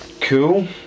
Cool